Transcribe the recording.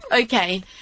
Okay